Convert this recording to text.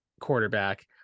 quarterback